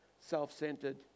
self-centered